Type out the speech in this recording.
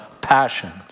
passions